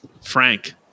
frank